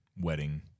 wedding